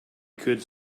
could